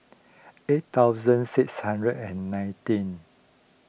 eight thousand six hundred and nineteen